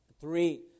three